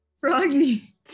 Froggy